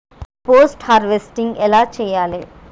Post harvesting ఎలా చెయ్యాలే?